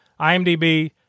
IMDB